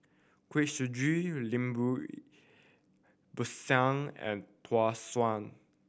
Kuih Suji Lemper Pisang and suan